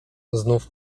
znów